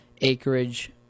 acreage